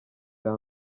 cya